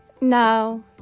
No